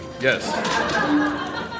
Yes